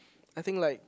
I think like